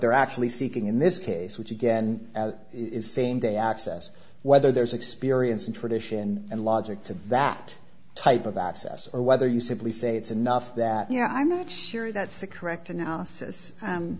they're actually seeking in this case which again is same day access whether there's experience in tradition and logic to that type of access or whether you simply say it's enough that you know i'm not sure that's the correct analysis